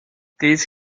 this